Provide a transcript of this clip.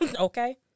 Okay